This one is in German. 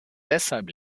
deshalb